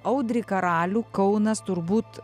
audrį karalių kaunas turbūt